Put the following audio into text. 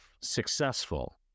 successful